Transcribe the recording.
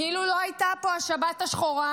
כאילו לא הייתה פה השבת השחורה,